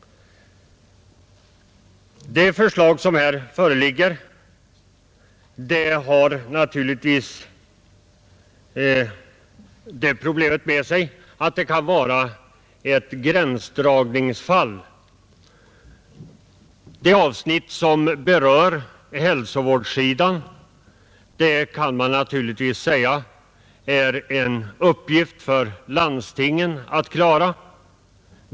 Det förslag som här föreligger kan naturligtvis förorsaka gränsdragningsproblem. Hälsosidan kan man givetvis säga är en uppgift för landstingen att klara.